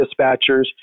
dispatchers